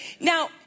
Now